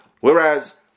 Whereas